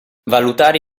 valutare